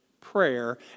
prayer